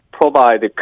provide